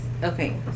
Okay